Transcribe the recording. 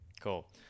Cool